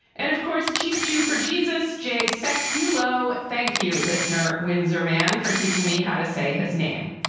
and, of course, chief jew for jesus. jay sekulow, thank you. listener windsor man for teaching me how to say his name.